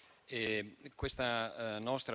cuore